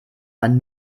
man